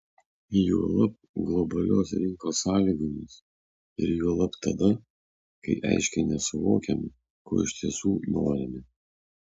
juolab globalios rinkos sąlygomis ir juolab tada kai aiškiai nesuvokiame ko iš tiesų norime